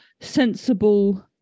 sensible